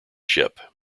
ship